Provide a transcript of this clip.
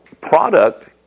product